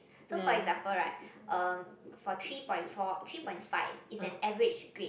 so for example right uh for three point four three point five is an average grade